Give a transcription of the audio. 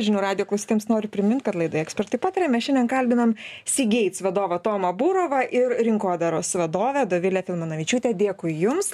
žinių radijo klausytojams noriu primint kad laidoje ekspertai pataria mes šiandien kalbinam cgates vadovą tomą burovą ir rinkodaros vadovę dovilę filmanavičiūtę dėkui jums